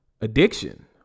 Addiction